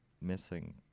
missing